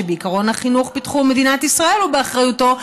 שבעיקרון החינוך בתחום מדינת ישראל הוא באחריותו,